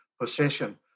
possession